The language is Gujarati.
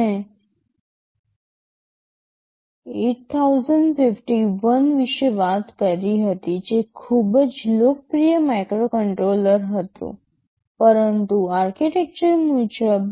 મેં 8051 વિશે વાત કરી હતી જે ખૂબ જ લોકપ્રિય માઇક્રોકન્ટ્રોલર હતું પરંતુ આર્કિટેક્ચર મુજબ